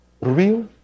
real